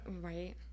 Right